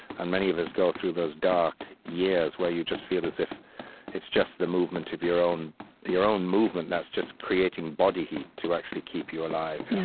and many of us go through those dark years where you just feel as if it's just the movement of your own your own movement that's just creating body heat to actually keep you alive. yeah